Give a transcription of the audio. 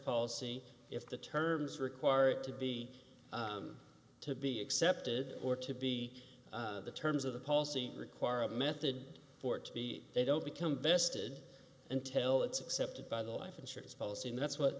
policy if the terms require it to be to be accepted or to be the terms of the policy require a method for it to be they don't become vested until it's accepted by the life insurance policy and that's what